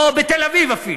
או בתל-אביב אפילו,